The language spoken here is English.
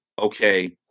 Okay